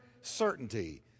certainty